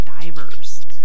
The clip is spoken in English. divers